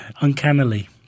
Uncannily